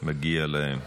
מגיע להם.